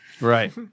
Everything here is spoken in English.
Right